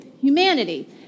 humanity